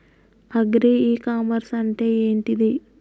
Agri e commerce అంటే ఏంటిది?